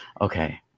Okay